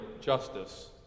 Justice